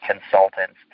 consultants